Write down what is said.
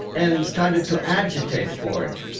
and started to agitate for it.